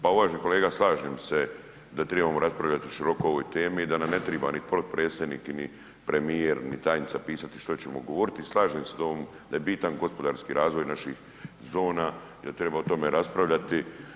Pa uvaženi kolega slažem se da trebamo raspravljati široko o ovoj temi i da nam ne treba ni potpredsjednik ni premijer ni tajnica pisati što ćemo govoriti i slažem se da je bitan gospodarski razvoj naših zona i da treba o tome raspravljati.